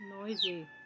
Noisy